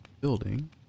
Building